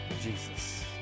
Jesus